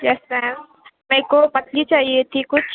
یس ma'am میرے کو مچھلی چاہیے تھی کچھ